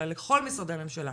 אלא לכל משרדי הממשלה,